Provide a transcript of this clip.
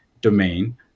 domain